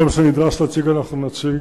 כל מה שנדרש להציג אנחנו נציג,